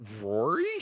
Rory